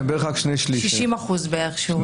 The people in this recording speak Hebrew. זה 60% בערך.